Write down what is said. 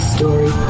Story